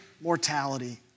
mortality